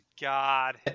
God